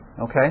Okay